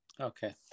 Okay